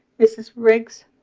this is riggs